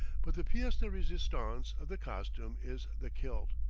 but the piece de resistance of the costume is the kilt.